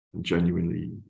genuinely